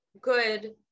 good